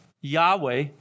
Yahweh